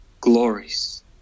glories